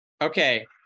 Okay